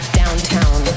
downtown